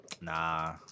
Nah